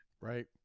right